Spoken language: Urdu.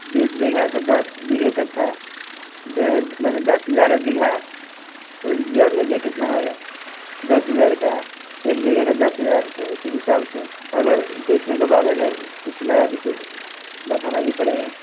بیس بیگھہ تو دس بیگھے کٹھا مانے دس ہزار بیگھہ تو جوڑ لیجیے کتنا ہوگا دس ہزار کا ایک بیگھے کا دس ہزار تو اسی حساب سے اگر دیکھنے کے بعد اگر کچھ لگا تو پھر بڑھانا بھی پڑے گا